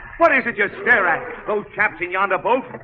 what is it? just stare at those chaps in yonder both.